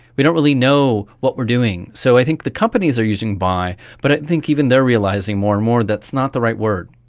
we don't really know what we're doing. so i think the companies are using buy but i think even they are realising more and more it's not the right word.